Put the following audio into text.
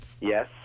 Yes